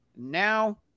Now